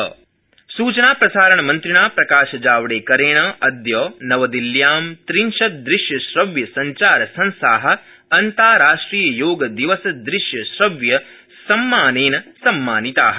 योगपरस्कारा सूचनाप्रसारणमन्त्रिणा प्रकाशजावडेकरेण अद्य नवदिल्ल्यां त्रिंशदृृश्यश्रव्यसंचारसंस्था अन्ताराष्ट्रिययोगदिवसदृश्यश्रव्यसम्मानेन सम्मानिताः